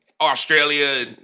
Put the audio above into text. Australia